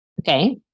Okay